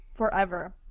forever